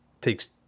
takes